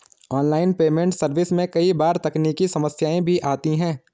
online payment service में कई बार तकनीकी समस्याएं भी आती है